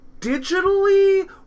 digitally